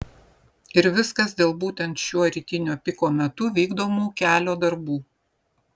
ir viskas dėl būtent šiuo rytinio piko metu vykdomų kelio darbų